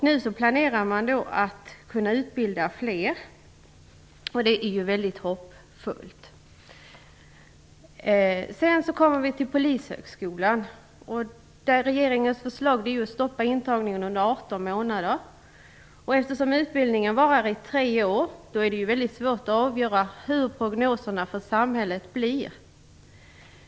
Nu planerar man att kunna utbilda fler, och det är väldigt hoppfullt. När det gäller Polishögskolan är regeringens förslag att man skall stoppa intagningen under 18 månader. Eftersom utbildningen varar i tre år är det väldigt svårt att avgöra hur prognoserna för samhället blir.